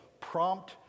prompt